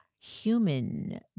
Human